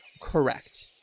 Correct